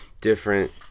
different